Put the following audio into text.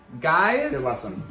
guys